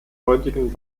heutiges